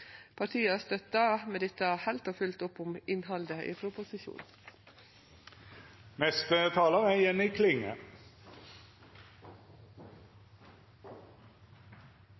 støttar med dette heilt og fullt opp om innhaldet i proposisjonen. Elektronisk fotlenkje eller soning med elektronisk kontroll, forkorta EK, er